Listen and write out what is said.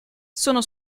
sono